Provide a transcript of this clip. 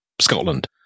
Scotland